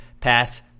Pass